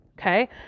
okay